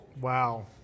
wow